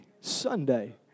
Sunday